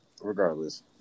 regardless